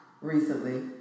recently